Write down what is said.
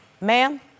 ma'am